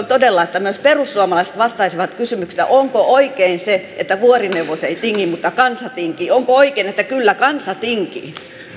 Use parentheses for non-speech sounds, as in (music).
(unintelligible) todella että myös perussuomalaiset vastaisivat kysymykseen onko oikein se että vuorineuvos ei tingi mutta kansa tinkii onko oikein että kyllä kansa tinkii kun tehdään